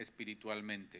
espiritualmente